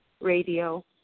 radio